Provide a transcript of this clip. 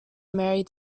mary